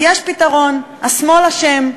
יש פתרון: השמאל אשם.